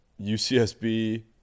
UCSB